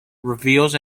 reveals